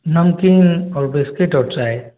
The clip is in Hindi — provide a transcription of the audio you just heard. नमकीन और बिस्किट और चाय